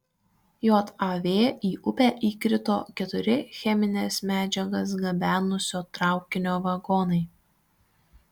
jav į upę įkrito keturi chemines medžiagas gabenusio traukinio vagonai